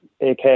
AK